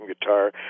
guitar